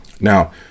Now